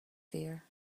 fear